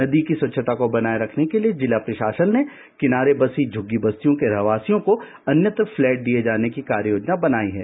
नदी की स्वच्छता को बनाए रखने के लिए जिला प्रषासन ने किनारे बसी झुग्गी बस्तियों के रहवासियों को अन्यत्र फ्लैट दिए जाने की कार्ययोजना बनाई है